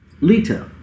Lita